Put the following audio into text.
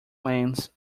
lens